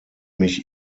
mich